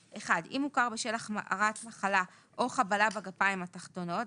תינתן גם לנכה שהוכר בשל החמרת מחלה או חבלה כמפורט בפסקאות (1) או (2),